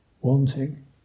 wanting